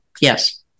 Yes